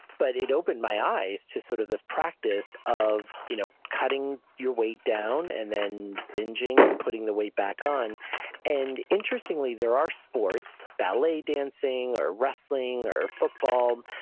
but it opened my eyes to sort of this practice of you know cutting your way down, and then binging and putting the weight back on and interestingly, there are sports, ballet dancing or wrestling, or football, um